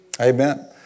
Amen